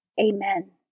Amen